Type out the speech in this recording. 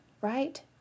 right